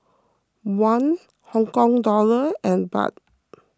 Won Hong Kong dollar and Baht